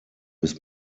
bis